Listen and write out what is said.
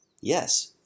Yes